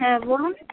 হ্যাঁ বলুন